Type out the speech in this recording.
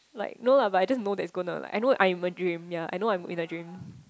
like no lah but I just know that it's gonna like I know I'm in a dream ya I know I'm in a dream